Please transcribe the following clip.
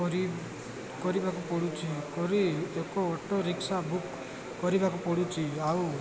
କରି କରିବାକୁ ପଡ଼ୁଛି କରି ଏକ ଅଟୋ ରିକ୍ସା ବୁକ୍ କରିବାକୁ ପଡ଼ୁଛି ଆଉ